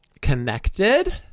connected